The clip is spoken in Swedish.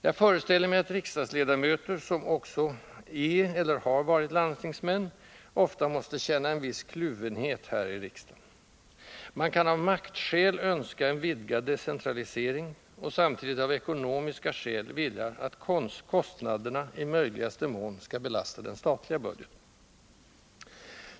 Jag föreställer mig att riksdagsledamöter, som också är eller har varit landstingsmän, ofta måste känna en viss kluvenhet här i riksdagen. Man kan av maktskäl önska en vidgad decentralisering, och samtidigt av ekonomiska skäl vilja att kostnaderna i möjligaste mån skall belasta den statliga budgeten.